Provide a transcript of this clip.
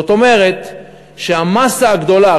זאת אומרת שהמאסה הגדולה,